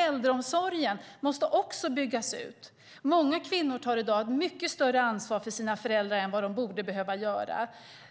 Äldreomsorgen måste också byggas ut. Många kvinnor tar i dag ett mycket större ansvar för sina föräldrar än vad de borde behöva göra.